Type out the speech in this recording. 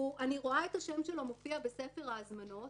אני רואה את השם שלו מופיע בספר ההזמנות,